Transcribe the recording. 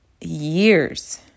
years